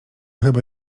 chyba